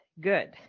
good